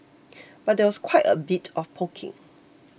but there was quite a bit of poking